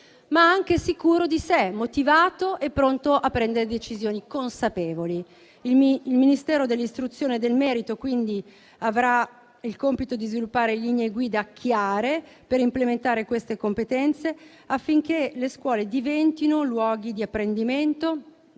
ma anche sicuro di sé, motivato e pronto a prendere decisioni consapevoli. Il Ministero dell'istruzione e del merito, quindi, avrà il compito di sviluppare linee guida chiare per implementare queste competenze, affinché le scuole diventino luoghi di apprendimento,